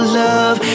love